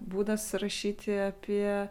būdas rašyti apie